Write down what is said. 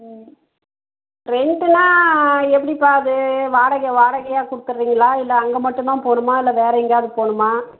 ம் ரென்ட்டுனா எப்படிப்பா அது வாடகை வாடகையா கொடுத்துர்றீங்களா இல்லை அங்கே மட்டும் தான் போகணுமா இல்லை வேறு எங்கேயாது போகணுமா